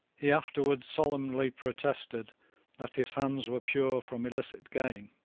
he afterwards solemnly protested that his hands were pure from illicit gain,